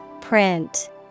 Print